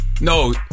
No